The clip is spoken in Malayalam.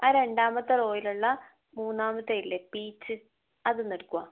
ആ രണ്ടാമത്തെ റോയിലുള്ള മൂന്നാമത്തേതില്ലേ പീച്ച് അതൊന്ന് എടുക്കുവോ